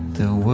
the